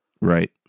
Right